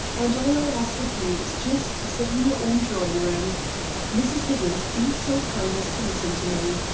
and all i ask of you is just to sit in your own drawing-room mrs. higgins, be so kind as to listen to me.